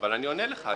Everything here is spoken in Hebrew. אבל אני עונה לך.